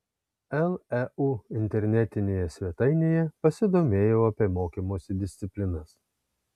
leu internetinėje svetainėje pasidomėjau apie mokymosi disciplinas